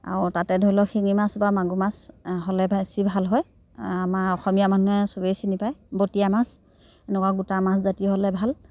আৰু তাতে ধৰি লওক শিঙি মাছ বা মাগুৰ মাছ হ'লে বেছি ভাল হয় আমাৰ অসমীয়া মানুহে সবেই চিনি পায় বটিয়া মাছ এনেকুৱা গোটা মাছ জাতীয় হ'লে ভাল